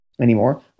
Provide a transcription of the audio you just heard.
anymore